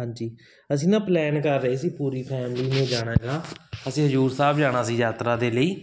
ਹਾਂਜੀ ਅਸੀਂ ਨਾ ਪਲੈਨ ਕਰ ਰਹੇ ਸੀ ਪੂਰੀ ਫੈਮਿਲੀ ਨੇ ਜਾਣਾ ਗਾ ਅਸੀਂ ਹਜੂਰ ਸਾਹਿਬ ਜਾਣਾ ਸੀ ਯਾਤਰਾ ਦੇ ਲਈ